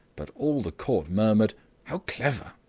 but all the court murmured how clever!